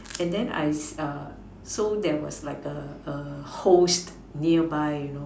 and then I s~ uh so there was like a a hose nearby you know